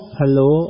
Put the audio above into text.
hello